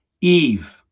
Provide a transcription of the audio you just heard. eve